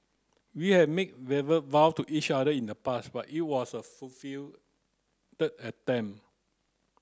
we have make verbal vow to each other in the past but it was a attempt